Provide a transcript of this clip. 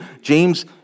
James